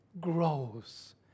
grows